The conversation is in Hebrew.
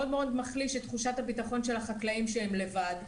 מחליש את תחושת הביטחון של החקלאים שהם לבד,